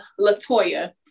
Latoya